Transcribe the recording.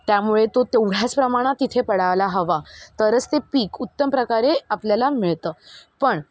त्यामुळे तो तेवढ्याच प्रमाणात तिथे पडायला हवा तरच ते पीक उत्तम प्रकारे आपल्याला मिळतं पण